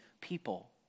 people